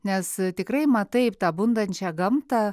nes tikrai matai tą bundančią gamtą